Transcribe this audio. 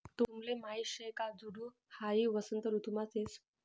तुमले माहीत शे का झुंड हाई वसंत ऋतुमाच येस